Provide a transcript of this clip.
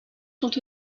sont